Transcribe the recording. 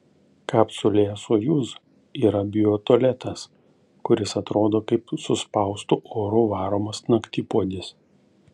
kapsulėje sojuz yra biotualetas kuris atrodo kaip suspaustu oru varomas naktipuodis